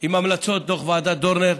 עם המלצות דוח ועדת דורנר,